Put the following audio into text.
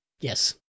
Yes